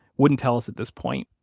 wouldn't tell us at this point,